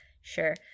Sure